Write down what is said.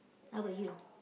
how about you